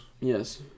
Yes